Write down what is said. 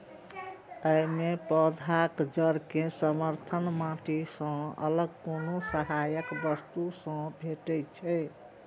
अय मे पौधाक जड़ कें समर्थन माटि सं अलग कोनो सहायक वस्तु सं भेटै छै